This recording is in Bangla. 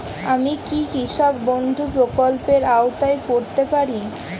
আমি কি কৃষক বন্ধু প্রকল্পের আওতায় পড়তে পারি?